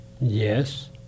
Yes